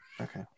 Okay